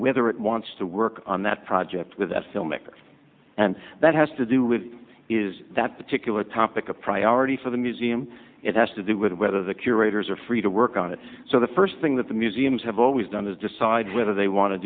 whether it wants to work on that project with the filmmakers and that has to do with is that particular topic a priority for the museum it has to do with whether the curators are free to work on it so the first thing that the museums have always done is decide whether they want to